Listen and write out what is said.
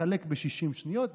תחלק ב-60 שניות,